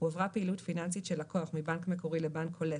הועברה פעילות פיננסית של לקוח מבנק מקורי לבנק קולט